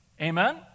Amen